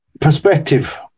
perspective